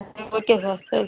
ம் okay sir சரி